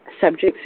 subjects